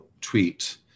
tweet